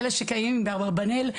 אלה שקיימים הם באברבנאל.